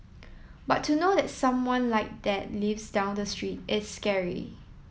but to know that someone like that lives down the street is scary